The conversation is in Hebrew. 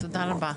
תודה רבה,